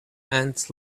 ants